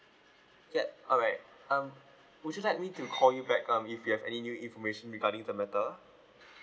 yup alright um would you like me to call you back um if we have any new information regarding the matter